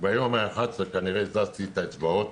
ביום ה-11 כנראה הזזתי את האצבעות.